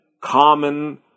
common